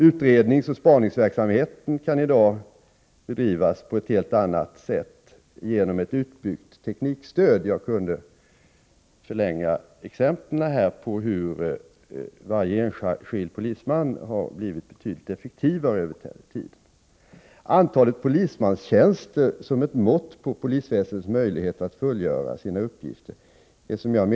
Utredningsoch spaningsverksamhe Om personalplane ten kan i dag bedrivas på ett helt annat sätt genom ett utbyggt teknikstöd. Jag ringen inom poliskunde förlänga listan med exempel på hur varje enskild polisman blivit väsendet betydligt effektivare över tiden. Antalet polismanstjänster är, menar jag, ett ofullständigt mått på polisväsendets möjligheter att fullgöra sina uppgifter.